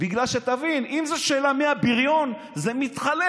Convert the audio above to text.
בגלל שתבין, אם זו שאלה מי הבריון, זה מתחלף,